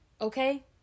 okay